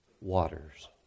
waters